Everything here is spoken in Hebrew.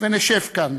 ונשב כאן